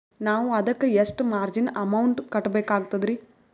ನಾವು ಅದಕ್ಕ ಎಷ್ಟ ಮಾರ್ಜಿನ ಅಮೌಂಟ್ ಕಟ್ಟಬಕಾಗ್ತದ್ರಿ?